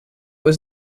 was